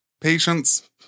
Patience